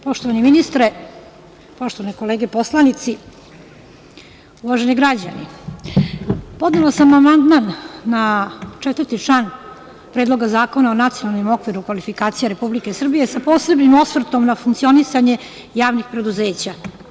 Poštovani ministre, poštovane kolege poslanici, uvaženi građani, podnela sam amandman na član 4. Predloga zakona o Nacionalnom okviru kvalifikacija Republike Srbije, sa posebnim osvrtom na funkcionisanje javnih preduzeća.